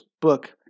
book